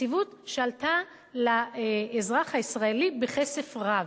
יציבות שעלתה לאזרח הישראלי כסף רב.